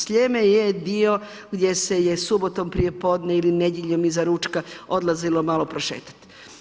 Sljeme je dio gdje se je subotom prijepodne ili nedjeljom iza ručka odlazilo malo prošetat.